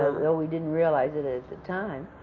ah though we didn't realize it at the time,